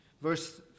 verse